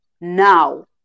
now